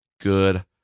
good